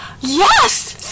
yes